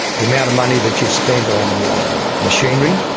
the amount of money that you'd spent on machinery,